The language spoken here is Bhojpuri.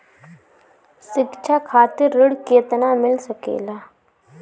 शिक्षा खातिर ऋण केतना मिल सकेला?